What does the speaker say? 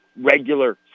regular